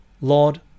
Lord